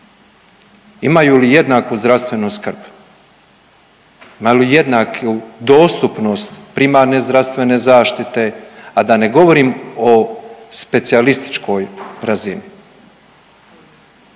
Imaju li jednaku zdravstvenu skrb, imaju li jednaku dostupnost primarne zdravstvene zaštite, a da ne govorim o specijalističkoj razini?